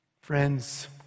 Friends